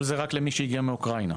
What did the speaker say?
כל זה רק למי שהגיע מאוקראינה,